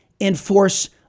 enforce